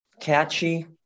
catchy